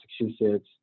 Massachusetts